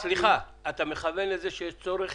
אתה מכוון לזה שיש צורך